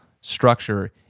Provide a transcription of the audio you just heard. structure